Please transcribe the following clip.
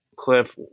Cliff